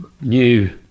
new